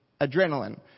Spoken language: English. adrenaline